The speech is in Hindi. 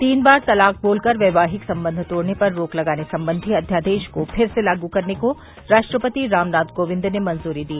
तीन बार तलाक बोलकर वैवाहिक संबंध तोड़ने पर रोक लगाने संबंधी अध्यादेश को फिर से लागू करने को राष्ट्रपति रामनाथ कोविंद ने मंजूरी दी